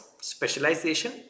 specialization